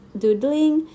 doodling